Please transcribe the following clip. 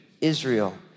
Israel